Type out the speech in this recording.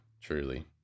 truly